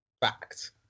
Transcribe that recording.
Fact